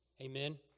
Amen